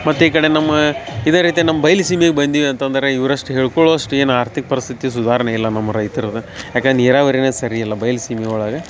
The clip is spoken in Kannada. ಮತ್ತು ಈ ಕಡೆ ನಮ್ಮ ಇದೆ ರೀತಿ ನಮ್ಮ ಬೈಲು ಸೀಮೆಗೆ ಬಂದ್ವಿ ಅಂತಂದ್ರ ಇವ್ರು ಅಷ್ಟು ಹೇಳ್ಕೊಳ್ಳೊ ಅಷ್ಟು ಏನು ಆರ್ಥಿಕ ಪರಿಸ್ಥಿತಿ ಸುಧಾರಣೆ ಇಲ್ಲ ನಮ್ಮ ರೈತ್ರಿದ ಯಾಕಂದ ನೀರಾವರಿನೆ ಸರಿಯಿಲ್ಲ ಬೈಲು ಸೀಮೆ ಒಳಗೆ